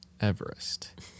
Everest